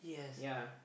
yea